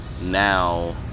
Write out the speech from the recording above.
now